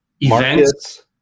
events